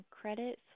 Credit